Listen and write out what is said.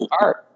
art